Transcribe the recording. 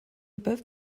above